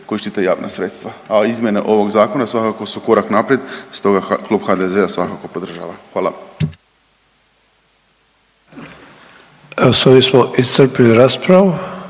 koji štite javna sredstva, a izmjene ovog zakona svakako su korak naprijed, stoga klub HDZ-a svakako podržava. Hvala.